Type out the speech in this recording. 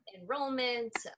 enrollment